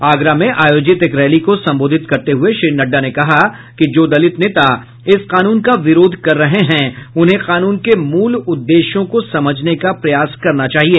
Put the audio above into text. आगरा में आयोजित एक रैली को संबोधित करते हुए श्री नड्डा ने कहा कि जो दलित नेता इस कानून का विरोध कर रहे हैं उन्हें कानून के मूल उद्देश्यों को समझने का प्रयास करना चाहिए